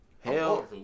hell